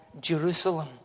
Jerusalem